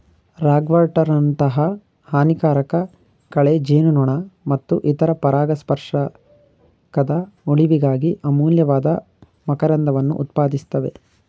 ರಾಗ್ವರ್ಟ್ನಂತಹ ಹಾನಿಕಾರಕ ಕಳೆ ಜೇನುನೊಣ ಮತ್ತು ಇತರ ಪರಾಗಸ್ಪರ್ಶಕದ ಉಳಿವಿಗಾಗಿ ಅಮೂಲ್ಯವಾದ ಮಕರಂದವನ್ನು ಉತ್ಪಾದಿಸ್ತವೆ